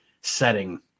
setting